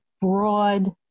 broad